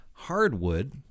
Hardwood